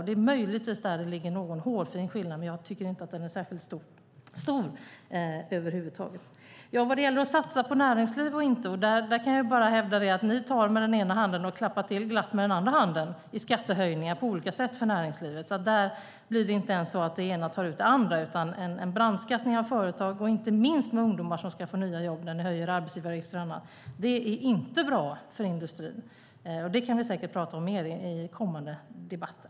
Det är möjligtvis där det ligger en hårfin skillnad, men jag tycker inte att den är särskilt stor över huvud taget. Vad gäller att satsa på näringsliv och inte kan jag bara hävda att ni tar med den ena handen och klappar glatt till med den andra handen med skattehöjningar på olika sätt för näringslivet. Där blir det inte ens så att det ena tar ut det andra, utan det är en brandskattning av företag. Och det gäller inte minst hur ungdomar ska få nya jobb när ni höjer arbetsgivaravgiften. Det är inte bra för industrin. Det kan vi säkert prata mer om i kommande debatter.